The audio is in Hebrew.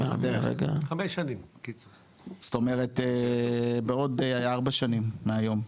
זאת אומרת בעוד ארבע שנים מהיום.